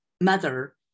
mother